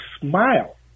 smile